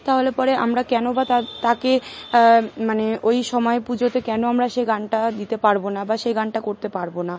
তাহলে পরে আমরা কেন বা তাকে মানে ওই সময় পুজোতে কেন আমরা সে গানটা দিতে পারব না বা সেই গানটা করতে পারব না